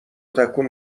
تکون